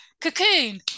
cocoon